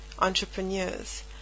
Entrepreneurs